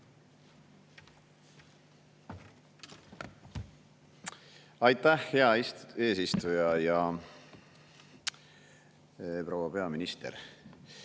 Aitäh, hea eesistuja! Proua peaminister!